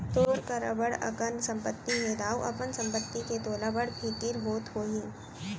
तोर करा बड़ अकन संपत्ति हे दाऊ, अपन संपत्ति के तोला बड़ फिकिर होत होही